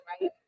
right